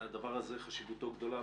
הם דברים בעלי חשיבות גדולה,